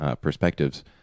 perspectives